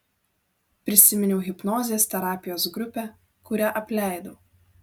prisiminiau hipnozės terapijos grupę kurią apleidau